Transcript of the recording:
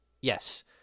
yes